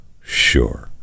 sure